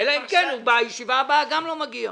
אלא אם כן בישיבה הבאה הוא גם לא יגיע.